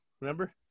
Remember